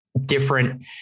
different